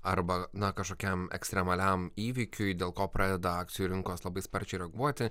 arba na kažkokiam ekstremaliam įvykiui dėl ko pradeda akcijų rinkos labai sparčiai reaguoti